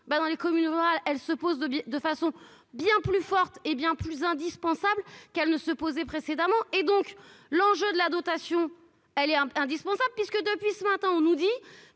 dans les communes rurales, elle se pose de façon bien plus forte, hé bien plus indispensable qu'elle ne se posait précédemment et donc l'enjeu de la dotation, elle est indispensable, puisque depuis ce matin, on nous dit